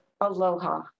Aloha